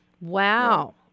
Wow